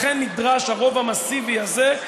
לכן נדרש הרוב המסיבי הזה,